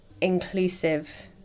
inclusive